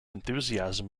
enthusiasm